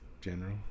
general